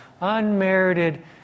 unmerited